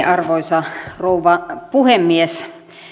arvoisa rouva puhemies